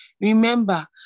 Remember